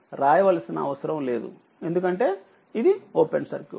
ఎందుకంటే ఇది open circuit